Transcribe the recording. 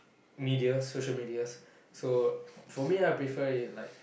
medias social medias so for me I prefer like